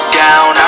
down